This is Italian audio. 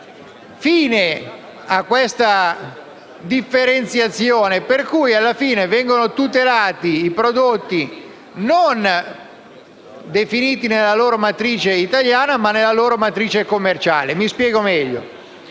fine a questa differenziazione per cui, alla fine, vengono tutelati i prodotti non definiti nella loro matrice italiana ma nella loro matrice commerciale. Mi spiego meglio.